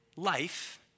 Life